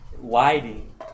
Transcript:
lighting